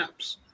apps